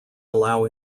allow